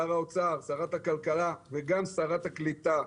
שר האוצר, שרת הכלכלה, שרת הקליטה,